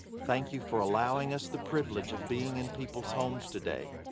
thank you for allowing us the privilege of being in people's homes today.